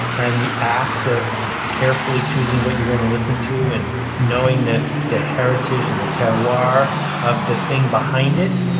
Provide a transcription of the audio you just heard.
and the act of carefully choosing what you're going to listen to, and knowing that the heritage and the terroir of the thing behind it,